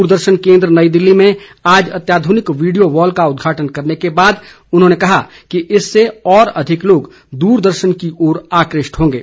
दूरदर्शन केन्द्र नई दिल्ली में आज अत्याधुनिक वीडियो वॉल का उद्घाटन करने के बाद उन्होंने कहा कि इससे और अधिक लोग दूरदर्शन की ओर आकृष्ट होंगे